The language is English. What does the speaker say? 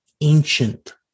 ancient